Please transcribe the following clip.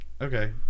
Okay